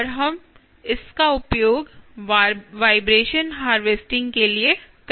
और हम इसका उपयोग वाइब्रेशन हार्वेस्टिंग के लिए कर रहे हैं